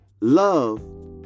love